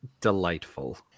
delightful